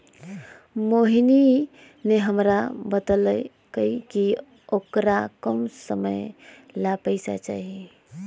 मोहिनी ने हमरा बतल कई कि औकरा कम समय ला पैसे चहि